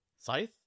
Scythe